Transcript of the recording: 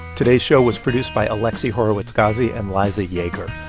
today's show was produced by alexi horowitz-ghazi and liza yeager.